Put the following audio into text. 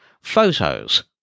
Photos